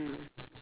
mm